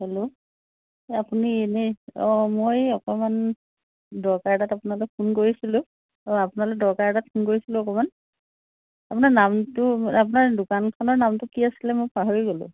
hello আপুনি এনে অঁ মই অকণমান দৰকাৰ এটাত আপোনালৈ ফোন কৰিছিলোঁ অঁ আপোনালৈ দৰকাৰ এটাত ফোন কৰিছিলোঁ অকণমান আপোনাৰ নামটো আপোনাৰ দোকানখনৰ নামটো কি আছিলে মই পাহৰি গ'লোঁ